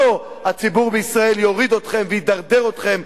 אתו הציבור בישראל יוריד אתכם וידרדר אתכם,